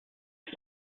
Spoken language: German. ist